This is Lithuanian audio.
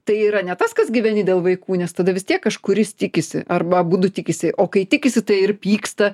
tai yra ne tas kas gyveni dėl vaikų nes tada vis tiek kažkuris tikisi arba abudu tikisi o kai tikisi tai ir pyksta